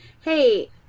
Hey